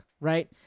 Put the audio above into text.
right